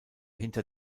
hinter